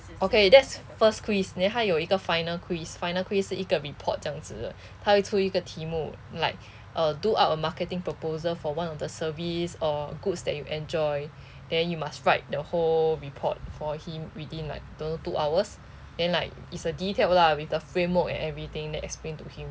okay that's first quiz then 他有一个 final quiz final quiz 一个 report 这样子他会出一个题目 like uh do up a marketing proposal for one of the service or goods that you enjoy then you must write the whole report for him within like don't know two hours then like it's uh detailed lah with the framework and everything that explain to him